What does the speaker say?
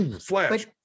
flash